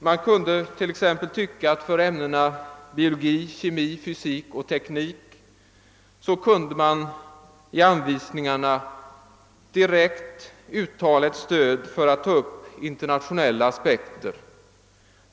Man kunde t.ex. tycka att det för ämnena biologi, kemi, fysik och teknik i anvisningarna kunde direkt uttalas ett stöd för att internationella aspekter anläggs.